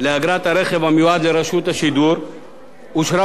לאגרת הרכב המיועד לרשות השידור אושרה